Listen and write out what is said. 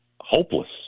hopeless